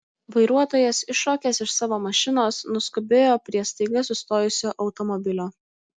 vairuotojas iššokęs iš savo mašinos nuskubėjo prie staiga sustojusio automobilio